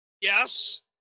Yes